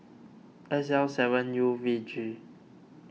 S L seven U V G